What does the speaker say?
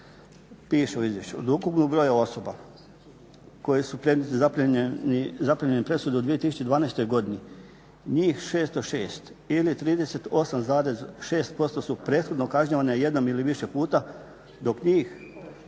Piše u izvješću, od ukupnog broja osoba koje su zaprimljene presude u 2012. godini, njih 606 ili 38,6% su prethodno kažnjavane jednom ili više puta, dok njih